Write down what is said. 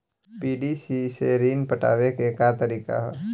PDC से ऋण पटावे के का तरीका ह?